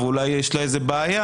ואולי יש לה בעיה.